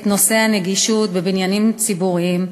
את נושא הנגישות בבניינים ציבוריים,